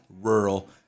rural